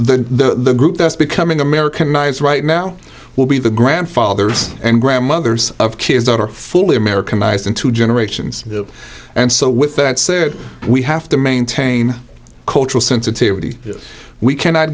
the group that's becoming americanize right now will be the grandfathers and grandmothers of kids that are fully americanised in two generations and so with that said we have to maintain cultural sensitivity we cannot